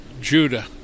Judah